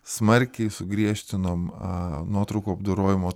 smarkiai sugriežtinom a nuotraukų apdorojimo